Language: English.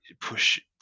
push –